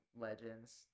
legends